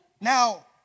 Now